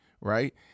right